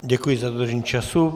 Děkuji za dodržení času.